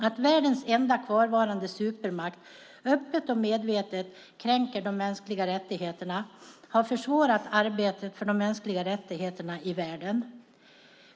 Att världens enda kvarvarande supermakt öppet och medvetet kränker de mänskliga rättigheterna har försvårat arbetet för de mänskliga rättigheterna i världen.